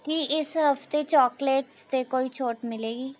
ਕੀ ਇਸ ਹਫ਼ਤੇ ਚੌਕਲੇਟਸ 'ਤੇ ਕੋਈ ਛੋਟ ਮਿਲੇਗੀ